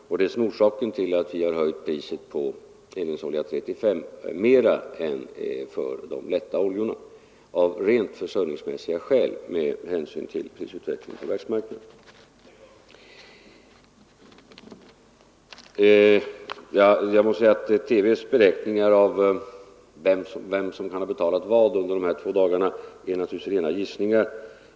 Det är det som är orsaken till att vi har höjt priset på eldningsolja 3, 4 och 5 mer än priset på de lätta oljorna — alltså av rent försörjningsmässiga skäl med hänsyn till prisutvecklingen på världsmarknaden. TV:s beräkningar av vem som har betalat vad under de här två dagarna är naturligtvis rena gissningar.